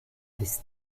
wisst